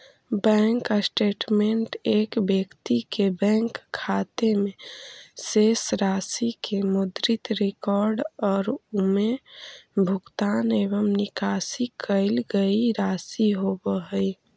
bank statement एक व्यक्ति के बैंक खाते में शेष राशि के मुद्रित रिकॉर्ड और उमें भुगतान एवं निकाशी कईल गई राशि होव हइ